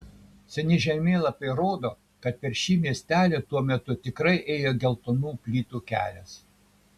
seni žemėlapiai rodo kad per šį miestelį tuo metu tikrai ėjo geltonų plytų kelias